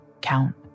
count